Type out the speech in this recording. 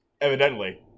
Evidently